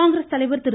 காங்கிரஸ் தலைவர் திரு